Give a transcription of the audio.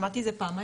שמעתי את זה פעמיים,